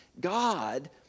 God